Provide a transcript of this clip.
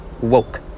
woke